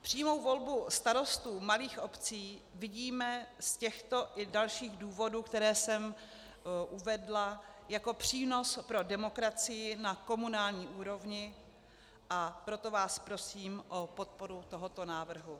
Přímou volbu starostů malých obcí vidíme z těchto i dalších důvodů, které jsem uvedla, jako přínos pro demokracii na komunální úrovni, a proto vás prosím o podporu tohoto návrhu.